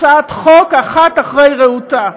הצעת חוק אחת אחרי רעותה.